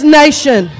nation